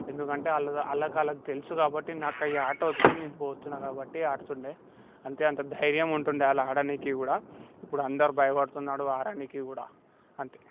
ఎందుకంటే వాళ్ళు వాళ్ళకి వాళ్ళకి తెలుసు కాబట్టి నాకు ఈ ఆట వచ్చు నే పోతున్న కాబట్టి ఆటుతుండే అంతే అంత ధైర్యం ఉంటుండే వాళ్ళు ఆడటానికీ కూడా ఇప్పుడు అందరూ భయపడుతున్నాడు ఆడటానికి కూడా అంతే